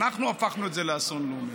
אנחנו הפכנו את זה לאסון לאומי.